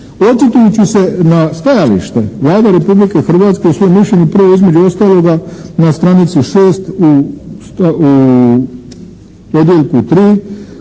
Očitujući se na stajalište Vlada Republike Hrvatske u svom mišljenju prvo između ostaloga na stranici šest u odjeljku